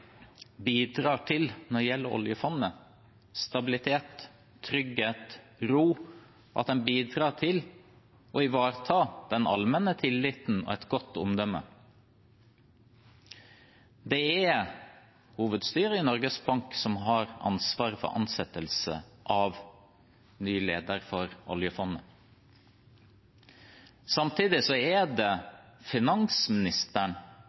når det gjelder oljefondet, bidrar til stabilitet, trygghet og ro, og at en bidrar til å ivareta den allmenne tilliten og et godt omdømme. Det er hovedstyret i Norges Bank som har ansvaret for ansettelse av ny leder for oljefondet. Samtidig er